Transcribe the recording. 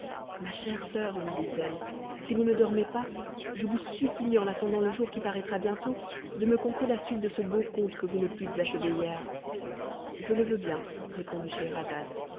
ma chère soeur lui dit-elle si vous ne dormez pas je vous supplie en attendant le jour qui paraîtra bientôt de me conter la suite de ce beau conte que vous ne pûtes achever hier je le veux bien répondit